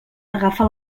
agafa